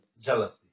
jealousy